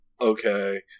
Okay